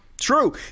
True